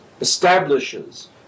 establishes